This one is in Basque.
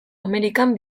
amerikan